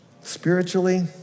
Spiritually